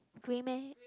grey meh